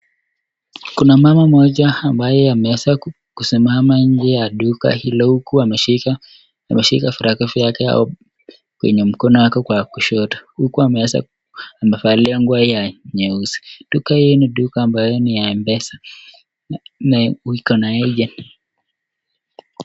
Kuna mama mmoja ambaye ameweza kusimama nje ya duka hilo huku ameshika ameshika virago yake ya kwenye mkono wake wa kushoto. Huku ameweza amevalia nguo ya nyeusi. Duka hii ni duka ambayo ni ya Mpesa na iko na agent .